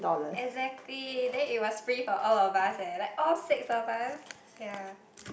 exactly then it was free for all of us eh like all six of us ya